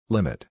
Limit